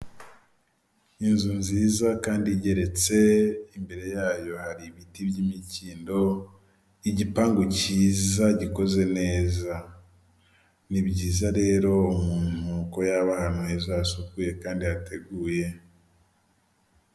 Inzu nziza kandi igeretse, imbere yayo hari ibiti by'imikindo, igipangu cyiza gikoze neza, ni byiza rero umuntu ko yaba ahantu heza hasukuye kandi hateguye.